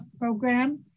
program